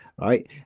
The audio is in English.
right